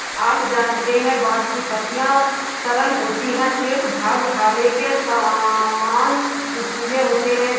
आप जानते है बांस की पत्तियां सरल होती है शीर्ष भाग भाले के सामान नुकीले होते है